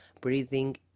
breathing